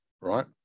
Right